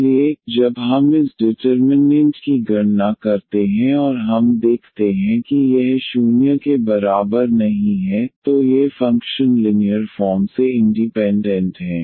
इसलिए जब हम इस डिटर्मिननेंट की गणना करते हैं और हम देखते हैं कि यह 0 के बराबर नहीं है तो ये फंक्शन लिनीयर फॉर्म से इंडीपेंडेंट हैं